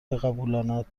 بقبولاند